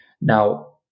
Now